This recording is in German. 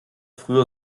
früher